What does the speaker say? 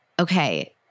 okay